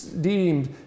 deemed